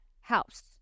house